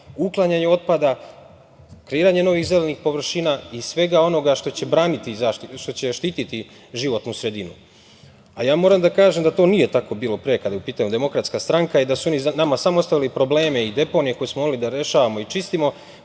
uklanjanje otpada, kreiranje novih zelenih površina i svega onoga što će štititi životnu sredinu. Moram da kažem da to nije tako bilo pre, kada je u pitanju DS, i da su oni nama samo ostavili probleme i deponije koje smo morali da rešavamo i čistimo.